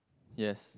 yes